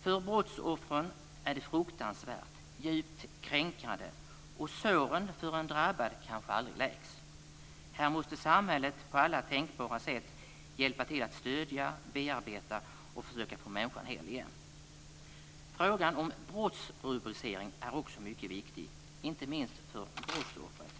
För brottsoffren är det fruktansvärt, djupt kränkande, och såren för en drabbad kanske aldrig läks. Här måste samhället på alla tänkbara sätt hjälpa till att stödja, bearbeta och försöka få människan hel igen. Frågan om brottsrubricering är också mycket viktig, inte minst för brottsoffret.